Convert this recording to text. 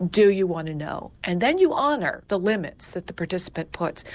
do you want to know? and then you honour the limits that the participant puts,